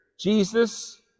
Jesus